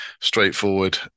straightforward